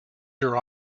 your